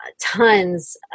tons